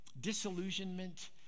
disillusionment